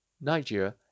Nigeria